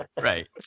Right